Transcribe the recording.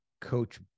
coach